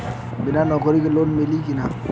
बिना नौकरी के लोन मिली कि ना?